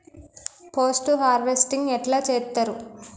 Post harvesting ఎట్ల చేత్తరు?